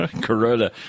Corolla